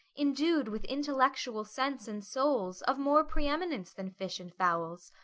indu'd with intellectual sense and souls, of more pre-eminence than fish and fowls,